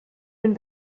den